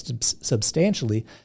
substantially